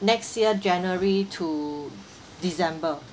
next year january to december